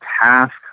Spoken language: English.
task